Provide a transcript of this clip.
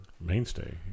mainstay